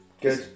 Good